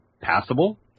passable